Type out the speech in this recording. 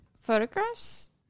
photographs